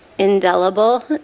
Indelible